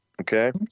Okay